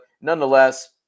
nonetheless